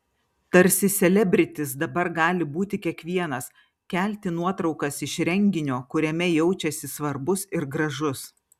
tarsi selebritis dabar gali būti kiekvienas kelti nuotraukas iš renginio kuriame jaučiasi svarbus ir gražus